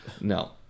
No